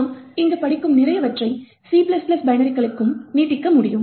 நாம் இங்கு படிக்கும் நிறையவற்றை C பைனரிகளுக்கும் நீட்டிக்க முடியும்